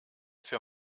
für